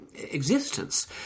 existence